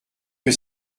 que